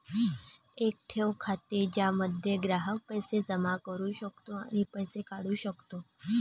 एक ठेव खाते ज्यामध्ये ग्राहक पैसे जमा करू शकतो आणि पैसे काढू शकतो